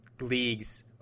leagues